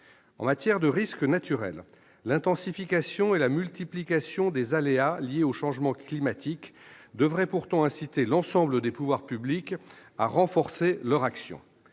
En matière de risques naturels, l'intensification et la multiplication des aléas, liées au changement climatique, devraient pourtant inciter l'ensemble des pouvoirs publics à renforcer leur action.